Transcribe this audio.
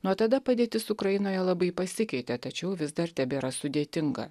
nuo tada padėtis ukrainoje labai pasikeitė tačiau vis dar tebėra sudėtinga